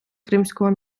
кримського